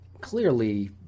clearly